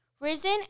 risen